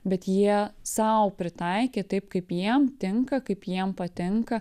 bet jie sau pritaikė taip kaip jiem tinka kaip jiem patinka